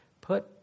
put